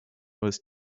was